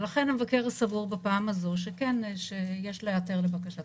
לכן המבקר סבור בפעם הזאת שיש להיעתר לבקשת